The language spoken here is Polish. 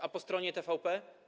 A po stronie TVP?